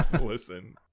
Listen